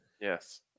Yes